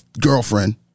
girlfriend